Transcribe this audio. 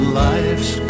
life's